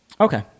Okay